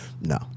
no